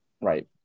right